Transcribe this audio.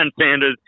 Sanders